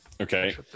okay